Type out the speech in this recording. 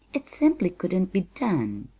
it simply couldn't be done!